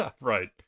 Right